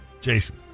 Jason